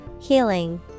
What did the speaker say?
Healing